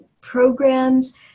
programs